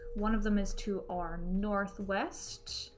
one of them is to our northwest